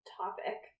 topic